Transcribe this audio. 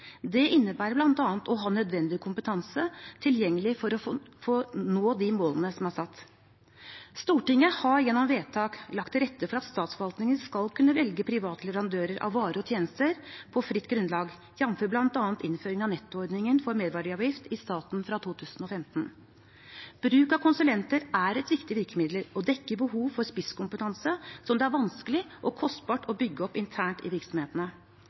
Det innebærer bl.a. å ha nødvendig kompetanse tilgjengelig for å nå de målene som er satt. Stortinget har gjennom vedtak lagt til rette for at statsforvaltningen skal kunne velge private leverandører av varer og tjenester på fritt grunnlag, jf. bl.a. innføring av nettoordningen for merverdiavgift i staten fra 2015. Bruk av konsulenter er et viktig virkemiddel og dekker behov for spisskompetanse som det er vanskelig og kostbart å bygge opp internt i virksomhetene.